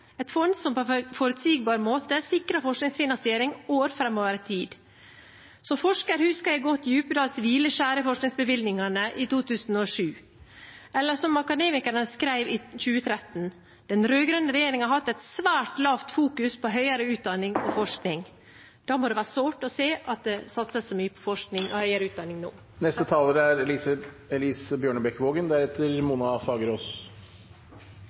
et fond som på en forutsigbar måte sikret forskningsfinansiering år framover i tid. Som forsker husker jeg godt Djupedals hvileskjær i forskningsbevilgningene i 2007, eller som Akademikerne skrev i 2013: «Den rødgrønne regjeringen har hatt et svært lavt fokus på høyere utdanning og forskning.» Da må det være sårt å se at det satses så mye på forskning og høyere utdanning nå. For oss som jobber med helsepolitikk, er